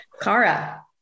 Kara